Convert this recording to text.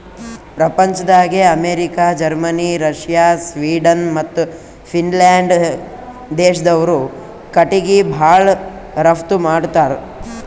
ಪ್ರಪಂಚ್ದಾಗೆ America, Germany, Russia, Sweden ಮತ್ತ್ Finland ದೇಶ್ದವ್ರು ಕಟಿಗಿ ಭಾಳ್ ರಫ್ತು ಮಾಡತ್ತರ್